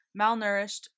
malnourished